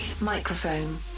Microphone